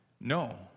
No